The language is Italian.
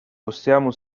possiamo